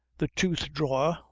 the tooth-drawer,